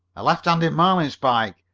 a left-handed marlinspike,